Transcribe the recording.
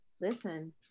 listen